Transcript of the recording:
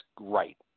right